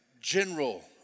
general